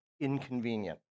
inconvenient